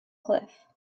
cliff